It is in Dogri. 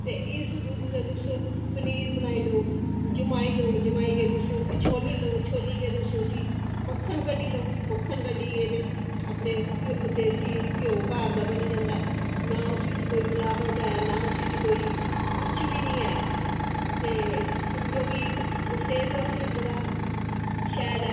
ते इस दुद्ध दा तुस पनीर बनाई लैओ जमाई लैओ ते जमाइयै तुस छोल्ली लैओ ते छोल्लियै तुस उसी मक्खन कड्ढी लैओ मक्खन कड्ढियै ते अपना देसी घिओ घर दा बनी जंदा ऐ ते ना इस च कोई मलावट ऐ ते ना इस च कोई कुछ बी निं ऐ ते जो की ओह् सेह्त आस्तै बी बड़ा शैल ऐ